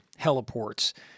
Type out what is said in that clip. heliports